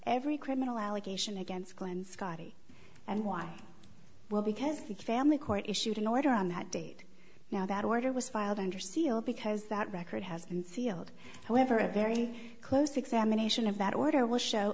every criminal allegation against glenn scottie and why well because the family court issued an order on that date now that order was filed under seal because that record has been sealed however a very close examination of that order will show